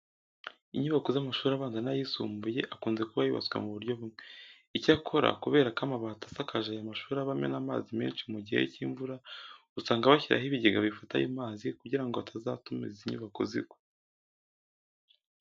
Inyubako z'amashuri abanza n'ayisumbuye akunze kuba yubatswe mu buryo bumwe. Icyakora kubera ko amabati asakaje aya mashuri aba amena amazi menshi mu gihe cy'imvura, usanga bashyiraho ibigega bifata ayo mazi kugira ngo atazatuma izi nyubako zigwa.